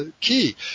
key